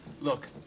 Look